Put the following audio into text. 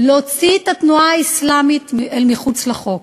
להוציא את התנועה האסלאמית אל מחוץ לחוק.